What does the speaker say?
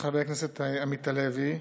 חבר הכנסת עמית הלוי,